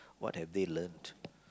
what have they learnt